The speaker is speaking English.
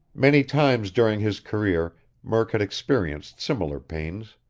many times during his career murk had experienced similar pains.